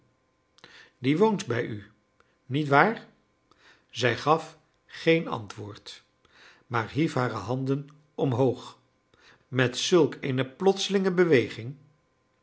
die woont bij u niet waar zij gaf geen antwoord maar hief hare handen omhoog met zulk eene plotselinge beweging